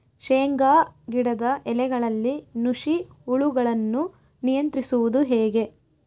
ಶೇಂಗಾ ಗಿಡದ ಎಲೆಗಳಲ್ಲಿ ನುಷಿ ಹುಳುಗಳನ್ನು ನಿಯಂತ್ರಿಸುವುದು ಹೇಗೆ?